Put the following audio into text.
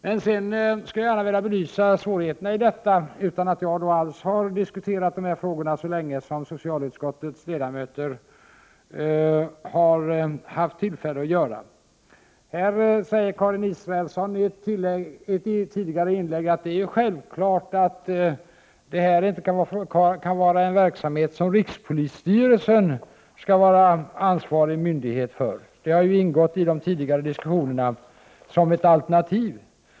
Men jag skulle gärna vilja belysa svårigheterna därvidlag, utan att jag alls har diskuterat frågorna så länge som socialutskottets ledamöter har haft tillfälle att göra. Karin Israelsson sade i ett tidigare inlägg att det är självklart att det här inte kan vara en verksamhet som rikspolisstyrelsen skall vara ansvarig myndighet för. Det har ju ingått i de tidigare diskussionerna som ett alternativ.